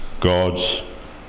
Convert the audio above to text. God's